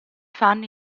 fan